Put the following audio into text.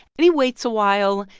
and he waits a while,